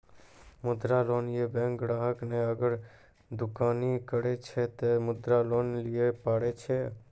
मुद्रा लोन ये बैंक ग्राहक ने अगर दुकानी करे छै ते मुद्रा लोन लिए पारे छेयै?